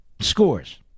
Scores